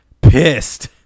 pissed